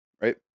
right